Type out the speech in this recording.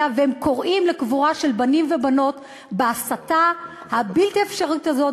והם קוראים לקבורה של בנים ובנות בהסתה הבלתי-אפשרית הזאת,